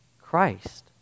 Christ